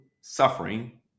suffering